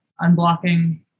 unblocking